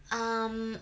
um